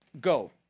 go